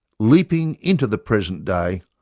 leaping into the present day,